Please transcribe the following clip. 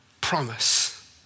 Promise